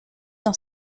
dans